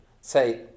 Say